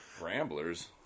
Ramblers